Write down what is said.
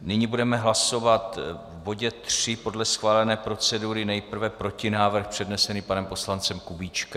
Nyní budeme hlasovat v bodě III podle schválené procedury nejprve protinávrh přednesený panem poslancem Kubíčkem.